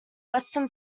western